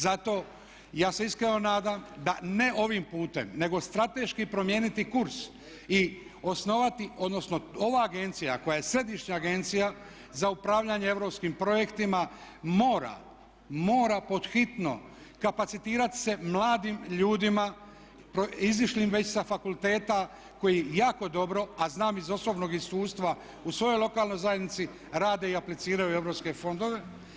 Zato, ja se iskreno nadam da ne ovim putem nego strateški promijeniti kurs i osnovati, odnosno ova agencija koja je Središnja agencija za upravljanje europskim projektima mora, mora pod hitno kapacitirati se mladim ljudima proizišlim već sa fakulteta koji jako dobro, a znam iz osobnog iskustva u svojoj lokalnoj zajednici rade i apliciraju europske fondove.